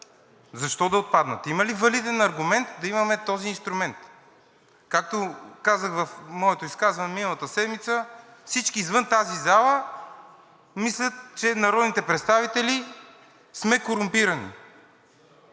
Защо да отпаднат? Има ли валиден аргумент да имаме този инструмент, както казах в моето изказване миналата седмица, всички извън тази зала мислят, че народните представители сме корумпирани.